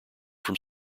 from